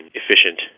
efficient